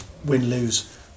win-lose